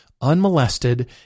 unmolested